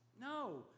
No